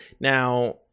now